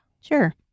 sure